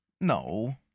No